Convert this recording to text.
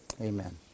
Amen